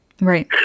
right